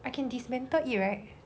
I can dismantle it right